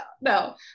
No